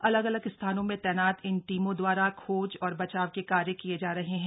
अलग अलग स्थानों में तैनात इन टीमों दवारा खोज और बचाव के कार्य किए जा रहे हैं